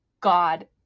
God